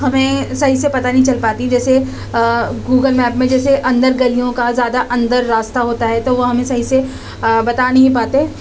ہمیں صحیح سے پتا نہیں چل پاتیں جیسے گوگل میپ میں جیسے اندر گلیوں کا زیادہ اندر راستہ ہوتا ہے تو وہ ہمیں صحیح سے بتا نہیں پاتے